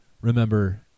Remember